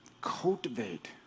cultivate